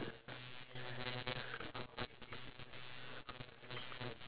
but at the same time sometimes I just feel like it's unfair that